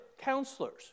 counselors